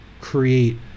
create